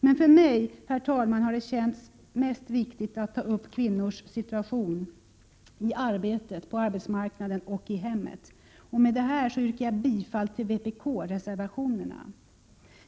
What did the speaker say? För mig, herr talman, har det känts mest viktigt att ta upp kvinnors situation på arbetsmarknaden och i hemmet. Med detta yrkar jag bifall till vpk-reservationerna.